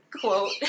quote